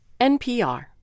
NPR